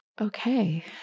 okay